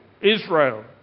Israel